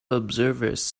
observers